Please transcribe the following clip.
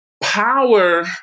power